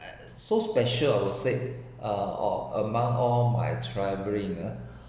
so special I would said uh or among all my travelling ah